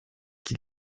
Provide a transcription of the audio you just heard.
qui